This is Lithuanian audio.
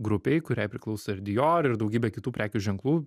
grupei kuriai priklauso ir dior ir daugybė kitų prekių ženklų